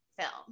film